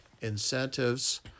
Incentives